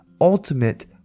ultimate